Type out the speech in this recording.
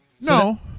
No